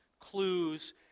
clues